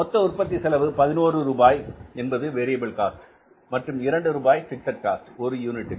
மொத்த உற்பத்தி செலவு 11 ரூபாய் என்பது வேரியபில் காஸ்ட் மற்றும் 2 ரூபாய் பிக்ஸட் காஸ்ட் ஒரு யூனிட்டுக்கு